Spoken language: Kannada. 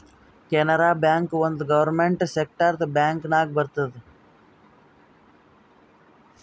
ಕೆನರಾ ಬ್ಯಾಂಕ್ ಒಂದ್ ಗೌರ್ಮೆಂಟ್ ಸೆಕ್ಟರ್ದು ಬ್ಯಾಂಕ್ ನಾಗ್ ಬರ್ತುದ್